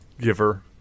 giver